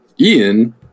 Ian